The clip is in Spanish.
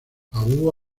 abu